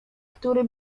który